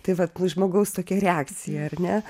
tai vat nu iš žmogaus tokia reakcija ar ne